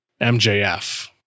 MJF